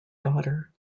daughter